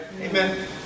amen